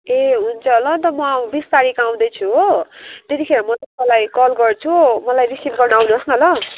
ए हुन्छ ल नि त म अब बिस तारिख आउँदैछु हो त्यतिखेर म तपाईँलाई कल गर्छु मलाई रिसिभ गर्नु आउनुहोस् न ल